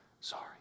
sorry